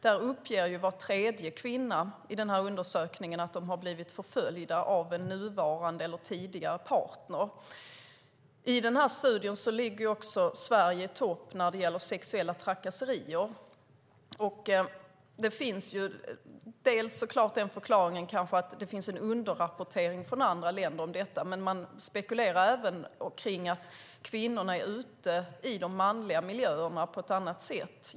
Var tredje kvinna i undersökningen uppger att de har blivit förföljda av en nuvarande eller tidigare partner. I den här studien ligger Sverige i topp när det gäller sexuella trakasserier. Det finns bland annat en förklaring i att det sker en underrapportering från andra länder, men man spekulerar även i att kvinnorna är ute i de manliga miljöerna på ett annat sätt.